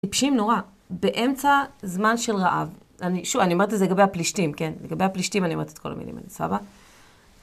טיפשים נורא, באמצע זמן של רעב, אני שוב אני אומרת את זה לגבי הפלישתים כן?, לגבי הפלישתים אני אומרת את כל המילים האלה, סבבה?